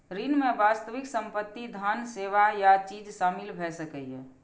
ऋण मे वास्तविक संपत्ति, धन, सेवा या चीज शामिल भए सकैए